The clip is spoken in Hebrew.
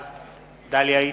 בעד דליה איציק,